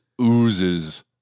oozes